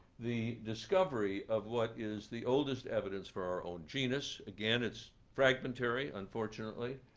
the discovery of what is the oldest evidence for our own genus. again, it's fragmentary, unfortunately.